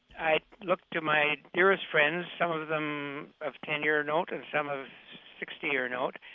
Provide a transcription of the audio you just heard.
i look to my dearest friends, some of them of ten year note and some of sixty year note,